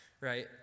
right